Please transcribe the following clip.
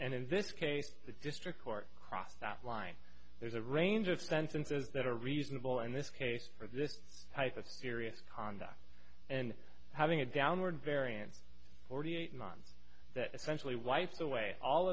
and in this case the district court cross that line there's a range of sentences that are reasonable in this case of this type of serious conduct and having a downward variance forty eight months that essentially wiped away all